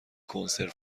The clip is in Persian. کنسرو